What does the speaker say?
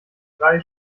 drei